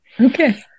Okay